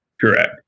Correct